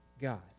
God